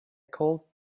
cold